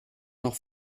noch